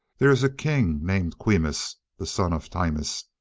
there is a king named quimus, the son of timus,